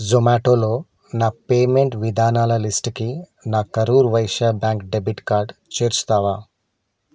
జొమాటోలో నా పేమెంట్ విధానాల లిస్టుకి నా Karur Vysya bank debit card చేర్చుతావా